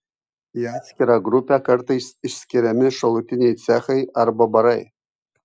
į atskirą grupę kartais išskiriami šalutiniai cechai arba barai